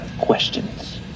Questions